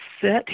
sit